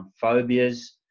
phobias